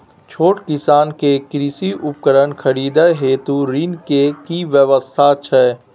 छोट किसान के कृषि उपकरण खरीदय हेतु ऋण के की व्यवस्था छै?